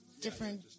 different